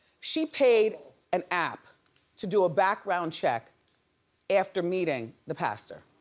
she paid an app to do a background check after meeting the pastor.